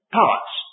parts